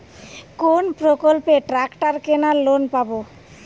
কোন প্রকল্পে ট্রাকটার কেনার লোন পাব?